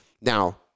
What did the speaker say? Now